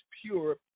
pure